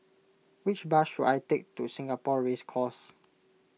which bus should I take to Singapore Race Course